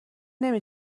نمی